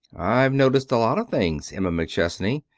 i've noticed a lot of things, emma mcchesney.